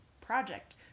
project